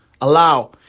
allow